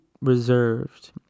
reserved